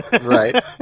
Right